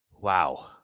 wow